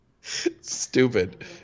Stupid